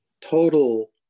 total